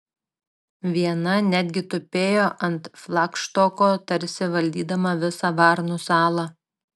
viena netgi tupėjo ant flagštoko tarsi valdydama visą varnų salą